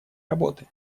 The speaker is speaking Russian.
работы